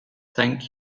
thank